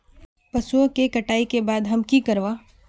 पशुओं के कटाई के बाद हम की करवा?